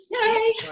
Yay